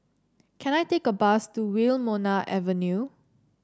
can I take a bus to Wilmonar Avenue